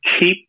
keep